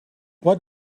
what